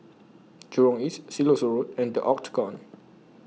Jurong East Siloso Road and The Octagon